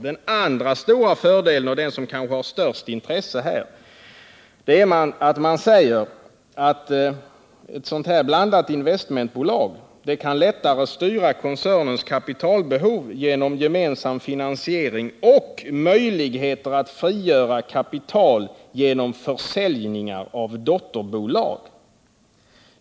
Den andra stora fördelen, som kanske har störst intresse här, säger man är att ett sådant blandat investmentbolag lättare kan styra koncernens kapitalbehov med gemensam finansiering och möjligheter att frigöra kapital genom försäljningar av dotterbolag.